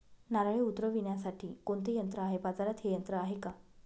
नारळे उतरविण्यासाठी कोणते यंत्र आहे? बाजारात हे यंत्र आहे का?